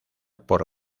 por